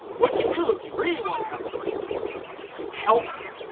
what you do if you really want to have an argument with someone is you help them.